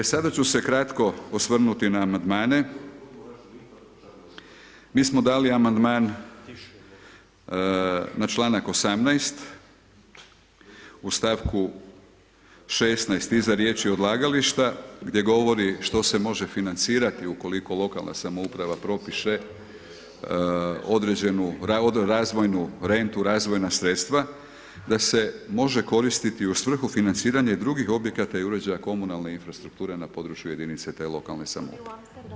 E sada ću se ukratko osvrnuti na amandmane, mi smo dali amandman na čl. 18 u st. 16. iza riječi odlagališta, gdje govori što se može financirati ukoliko lokalna samouprava propiše određenu razvoju rentu, razvojna sredstva, da se može koristiti u svrhu financiranja i drugih objekata i uređaja komunalne infrastrukture na području jedinice te lokalne samouprave.